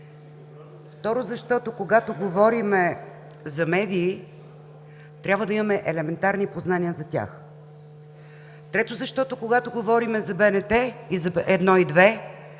Второ, защото когато говорим за медии, трябва да имаме елементарни познания за тях. Трето, защото когато говорим за БНТ 1 и 2,